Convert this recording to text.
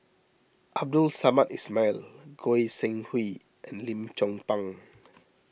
Abdul Samad Ismail Goi Seng Hui and Lim Chong Pang